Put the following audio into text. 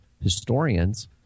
historians